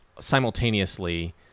simultaneously